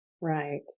Right